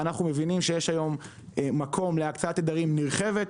אנחנו מבינים שיש היום מקום להקצאת תדרים נרחבת.